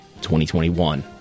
2021